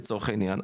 לצורך העניין,